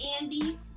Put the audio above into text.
Andy